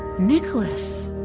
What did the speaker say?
nicholas.